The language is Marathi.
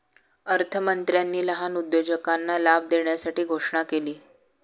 अर्थमंत्र्यांनी लहान उद्योजकांना लाभ देण्यासाठी घोषणा केली